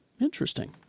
Interesting